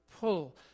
pull